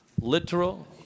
literal